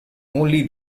only